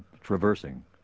traversing